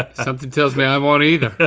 something tells me i won't either.